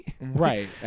Right